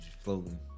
floating